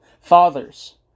fathers